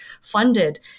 funded